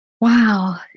Wow